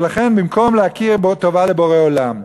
ולכן, במקום להכיר טובה לבורא עולם,